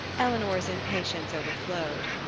eleanor's impatience overflowed.